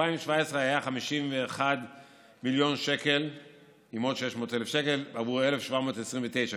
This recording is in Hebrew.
ב-2017 הוא היה 51.6 מיליון בעבור 1,729 כיתות,